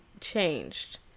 changed